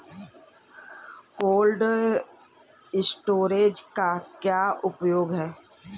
Cold storage का क्या उपयोग है?